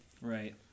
Right